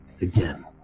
again